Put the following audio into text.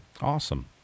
awesome